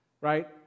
right